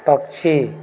पक्षी